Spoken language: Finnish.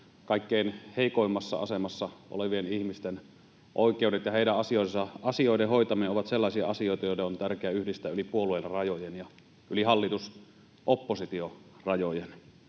kaikkein heikoimmassa asemassa olevien ihmisten, oikeudet ja heidän asioidensa hoitaminen ovat sellaisia asioita, joiden on tärkeää yhdistää yli puoluerajojen ja yli hallitus—oppositio-rajojen.